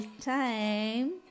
time